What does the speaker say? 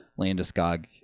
Landeskog